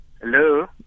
Hello